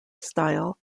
style